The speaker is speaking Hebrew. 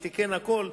שתיקן הכול.